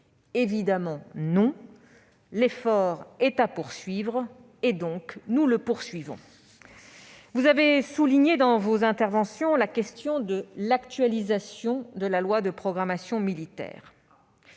sûr que non ! L'effort doit se poursuivre, et il se poursuit. Vous avez soulevé dans vos interventions la question de l'actualisation de la loi de programmation militaire.